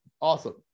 awesome